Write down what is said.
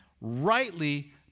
rightly